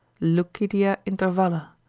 lucidia intervalla,